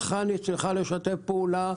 חנ"י צריכה לשתף פעולה.